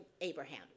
Abraham